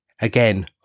Again